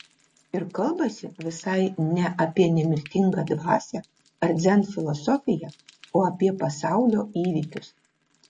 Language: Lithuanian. ir kalbasi visai ne apie nemirtingą dvasią ar dzen filosofiją o apie pasaulio įvykius